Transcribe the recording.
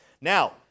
Now